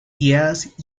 guiadas